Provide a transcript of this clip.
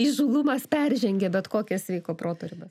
įžūlumas peržengia bet kokias sveiko proto ribas